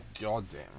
goddamn